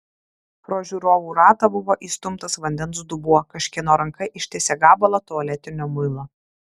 pro žiūrovų ratą buvo įstumtas vandens dubuo kažkieno ranka ištiesė gabalą tualetinio muilo